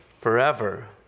forever